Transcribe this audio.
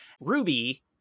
Ruby